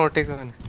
given